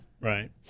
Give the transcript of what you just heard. Right